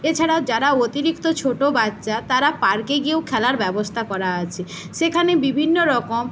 এছাড়াও যারা অতিরিক্ত ছোটো বাচ্চা তারা পার্কে গিয়েও খেলার ব্যবস্থা করা আছে সেখানে বিভিন্ন রকম